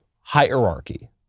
hierarchy